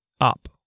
up